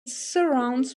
surrounds